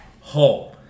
home